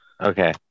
Okay